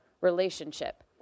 relationship